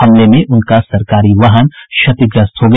हमले में उनका सरकारी वाहन क्षतिग्रस्त हो गया